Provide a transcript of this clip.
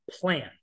plan